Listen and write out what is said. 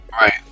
Right